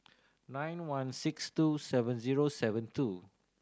nine one six two seven zero seven two